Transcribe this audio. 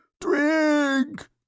Drink